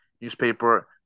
newspaper